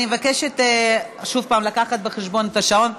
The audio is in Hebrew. אני מבקשת שוב להביא בחשבון את השעון.